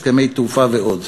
הסכמי תעופה ועוד.